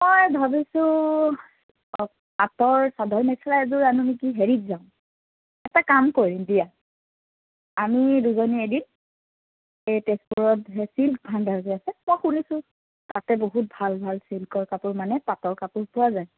মই ভাবিছোঁ পাটৰ চাদৰ মেখেলা এযোৰ আনো নেকি হেৰিত যাওঁ এটা কাম কৰিম দিয়া আমি দুজনীয়ে এদিন এই তেজপুৰত সেই চিল্ক ভাণ্ডাৰ যে আছে মই শুনিছোঁ তাতে বহুত ভাল ভাল চিল্কৰ কাপোৰ মানে পাটৰ কাপোৰ পোৱা যায়